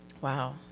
Wow